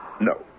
No